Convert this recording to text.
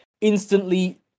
instantly